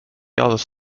eldest